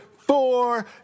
four